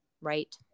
Right